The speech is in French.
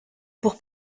pour